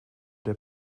der